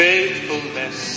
Faithfulness